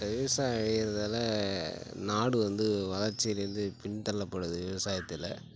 விவசாயம் அழியிறதால் நாடு வந்து வளர்ச்சியிலிந்து பின் தள்ளப்படுது விவசாயத்தில்